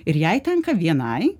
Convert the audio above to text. ir jai tenka vienai